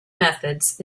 methods